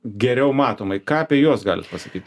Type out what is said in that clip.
geriau matomai ką apie juos galit pasakyt